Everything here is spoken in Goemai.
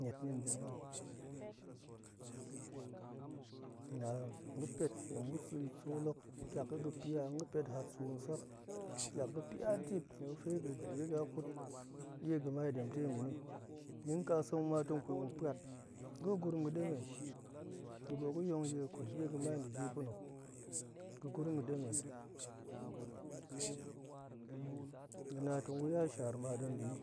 Niet ni nda̱ naan, la ga̱ pet tong ga̱ sa̱ sool hok, ƙiak ga̱ ga̱ pia la ga̱ pet hat suu nsak, ƙiak ga̱ pia dip nye ga̱fe ga̱ riga ga̱ kut ɗie ga̱mai ɗentai nda̱ni ni nƙa sek muk ma tong kut yin gu pwat, ga̱ gurum ga̱ ɗemen, ga̱ ɓoot ga̱ yong ji, ga̱ kut ɗie ga̱mai nda̱ ji pa̱na̱, ga̱ gurum ga̱ ɗemen. ga̱na tong gu ya shaar ma ɗi nda̱ni,